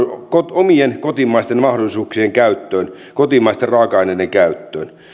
omien kotimaisten mahdollisuuksien käyttöön kotimaisten raaka aineiden käyttöön